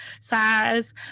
size